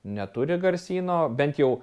neturi garsyno bent jau